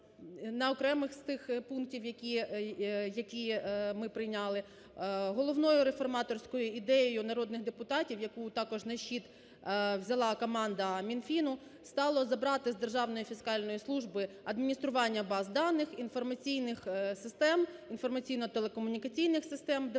на окремих з тих пунктів, які ми прийняли. Головною реформаторською ідеєю народних депутатів, яку також на щит взяла команда Мінфіну, стало забрати з Державної фіскальної служби адміністрування баз даних, інформаційних систем, інформаційно-телекомунікаційних систем